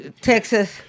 Texas